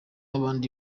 abandi